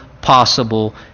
possible